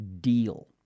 deal